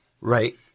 right